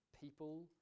people